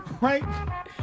right